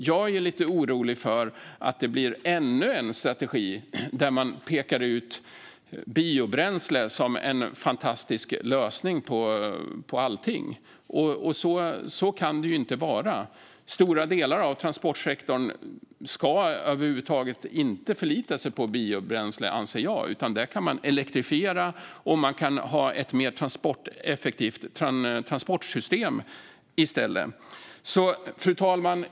Jag är orolig för att det blir ännu en strategi som pekar ut biobränsle som en fantastisk lösning på allt. Men det kan det inte vara. Stora delar av transportsektorn ska över huvud taget inte förlita sig på biobränsle, anser jag, utan där kan man i stället elektrifiera och ha ett mer effektivt transportsystem. Fru talman!